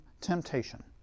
temptation